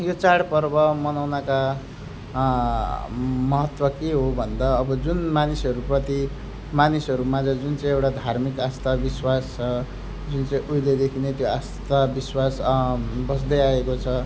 यो चाडपर्व मनाउनका महत्त्व के हो भन्दा अब जुन मानिसहरू प्रति मानिसहरू माझ जुन चाहिँ एउटा धार्मिक आस्था विश्वास छ जुन चाहिँ उहिलेदेखि नै त्यो आस्था विश्वास बस्दै आएको छ